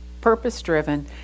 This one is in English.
purpose-driven